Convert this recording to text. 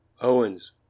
Owens